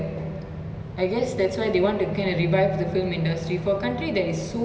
dependant on like the movie industry right then when COVID and all that having to shut down the